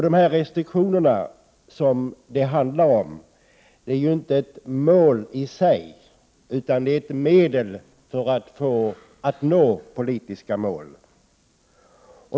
De restriktioner som det handlar om är inte ett mål i sig, utan de är medel för att nå politiska mål.